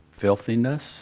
filthiness